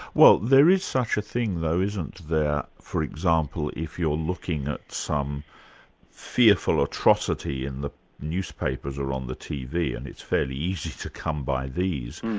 well there is such a thing though, isn't there, for example if you're looking at some fearful atrocity in the newspapers or on the tv and it's fairly easy to come by these,